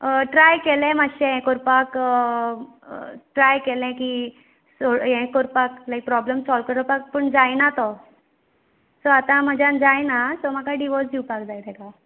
try केले मातशें हें कोरपाक ट्राय केलें की सो हें कोरपाक लायक प्रोब्लेम सोल्व कोरपाक पूण जायना तो सो आतां म्हज्यान जायना सो म्हाका डिवोर्स दिवपाक जाय तेका